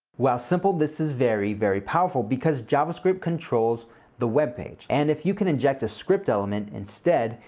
while simple, this is very, very powerful, because javascript controls the web page. and if you can inject a script element instead,